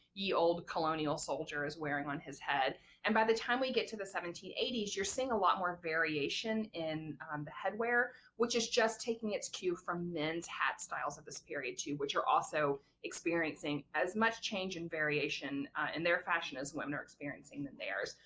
ye olde colonial soldier is wearing on his head and by the time we get to the seventeen eighty s you're seeing a lot more variation in the headwear which is just taking its cue from men's hat styles of this period too, which are also experiencing as much change in variation in their fashion as women are experiencing in theirs.